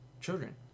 children